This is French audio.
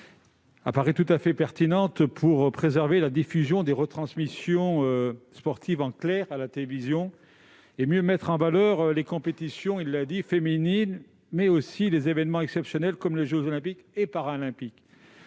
paraît tout à fait pertinente pour préserver la diffusion des retransmissions sportives en clair à la télévision et mieux mettre en valeur, comme il l'a indiqué, les compétitions féminines, mais aussi des événements exceptionnels comme les jeux Olympiques et Paralympiques.